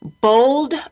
bold